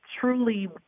truly